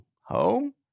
home